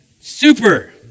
Super